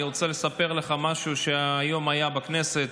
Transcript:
אני רוצה לספר לך משהו שהיה היום בכנסת.